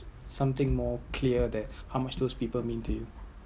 something more clear that how much those people means to you